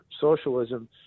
socialism